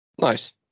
Nice